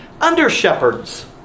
under-shepherds